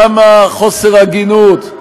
כמה חוסר הגינות,